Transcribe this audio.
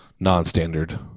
Non-standard